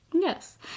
Yes